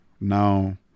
now